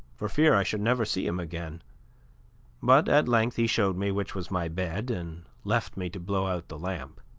for fear i should never see him again but at length he showed me which was my bed, and left me to blow out the lamp.